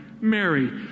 Mary